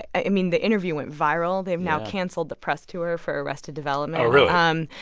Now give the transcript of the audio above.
i mean, the interview went viral. they've now canceled the press tour for arrested development. oh, really. um